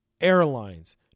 airlines